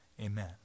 Amen